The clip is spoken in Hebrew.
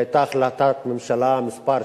שהיתה החלטת ממשלה מס'